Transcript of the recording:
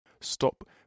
Stop